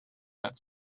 that